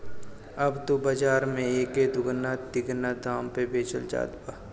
अब त बाज़ार में एके दूना तिगुना दाम पे बेचल जात बा